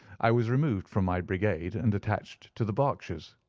i was removed from my brigade and attached to the berkshires,